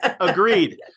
Agreed